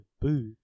Boo